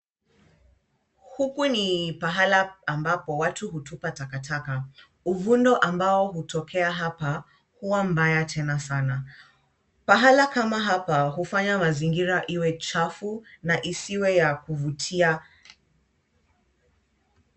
Huku ni pahala ambapo watu hutupa takataka. Uvundo ambao hutokea hapa huwa mbaya tena sana. Pahala kama hapa hufanya mazingira iwe chafu na isiwe ya kuvutia.